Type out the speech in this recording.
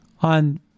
on